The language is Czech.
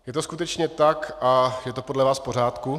Je to skutečně tak a je to podle vás v pořádku?